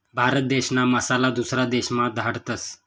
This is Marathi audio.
भारत देशना मसाला दुसरा देशमा धाडतस